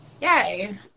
Yay